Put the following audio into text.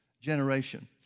generation